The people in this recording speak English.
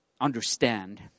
understand